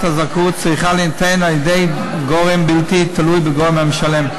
הזכאות צריכה להינתן על-ידי גורם בלתי תלוי בגורם המשלם.